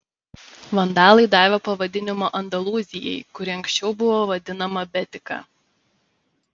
vandalai davė pavadinimą andalūzijai kuri anksčiau buvo vadinama betika